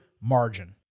margin